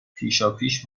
پیشاپیش